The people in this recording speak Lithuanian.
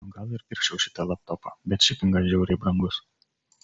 nu gal ir pirkčiau šitą laptopą bet šipingas žiauriai brangus